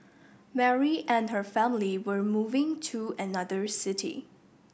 Mary and her family were moving to another city